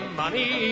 money